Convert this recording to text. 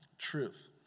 Truth